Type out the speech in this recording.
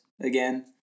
again